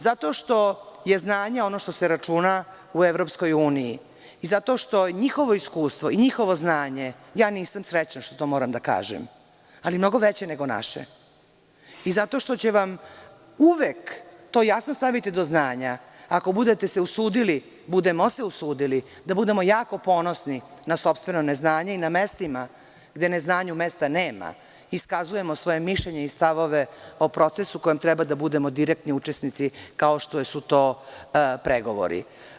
Zato što je znanje ono što se računa u EU i zato što njihovo iskustvo i njihovo znanje, nisam srećna što to moram da kažem, je mnogo veće nego naše i zato što će vam uvek to jasno staviti do znanja ako se budemo usudili da budemo jako ponosni na sopstveno neznanje i na mestima gde neznanju mesta nema, iskazujemo svoje mišljenje i stavove o procesu u kome treba da budemo direktni učesnici, kao što su to pregovori.